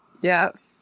Yes